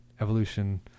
evolution